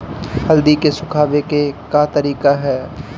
हल्दी के सुखावे के का तरीका ह?